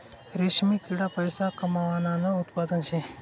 रेशीम किडा पैसा कमावानं उत्पादन शे